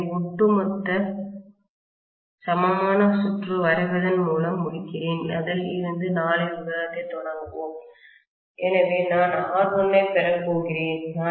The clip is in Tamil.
எனவே ஒட்டுமொத்த சமமான சுற்று வரைவதன் மூலம் முடிக்கிறேன் அதில் இருந்து நாளை விவாதத்தைத் தொடங்குவோம் எனவே நான் R1 ஐப் பெறப் போகிறேன்